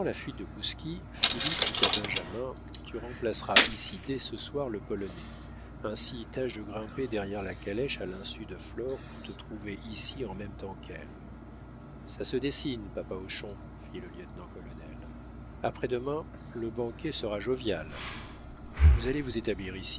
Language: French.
la fuite de kouski philippe dit à benjamin tu remplaceras ici dès ce soir le polonais ainsi tâche de grimper derrière la calèche à l'insu de flore pour te trouver ici en même temps qu'elle ça se dessine papa hochon fit le lieutenant-colonel après-demain le banquet sera jovial vous allez vous établir ici